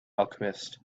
alchemist